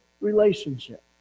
relationship